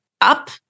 up